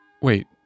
Wait